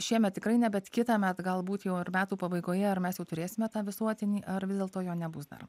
šiemet tikrai ne bet kitąmet galbūt jau ar metų pabaigoje ar mes jau turėsime tą visuotinį ar vis dėlto jo nebus dar